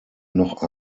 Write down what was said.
noch